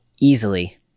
easily